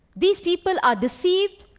these people are deceived,